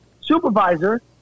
supervisor